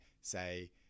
say